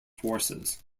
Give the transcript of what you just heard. forces